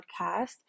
podcast